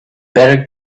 better